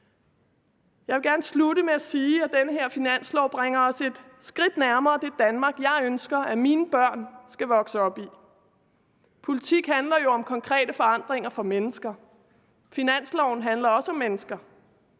Jeg vil gerne slutte med at sige, at den her finanslov bringer os et skridt nærmere det Danmark, jeg ønsker at mine børn skal vokse op i. Politik handler jo om konkrete forandringer for mennesker. Finansloven handler også om mennesker.